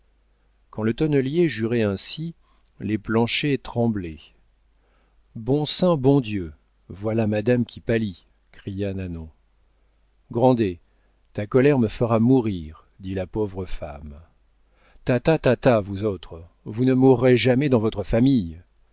quand le tonnelier jurait ainsi les planchers tremblaient bon saint bon dieu voilà madame qui pâlit cria nanon grandet ta colère me fera mourir dit la pauvre femme ta ta ta ta vous autres vous ne mourez jamais dans votre famille